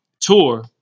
tour